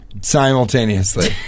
simultaneously